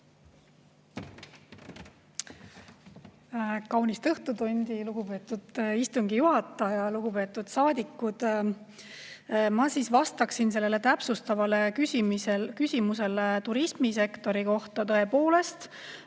Kaunist õhtutundi, lugupeetud istungi juhataja! Lugupeetud saadikud! Ma vastan sellele täpsustavale küsimusele turismisektori kohta. Tõepoolest,